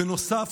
בנוסף,